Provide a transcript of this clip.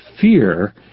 fear